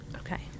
Okay